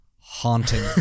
Haunting